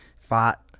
fought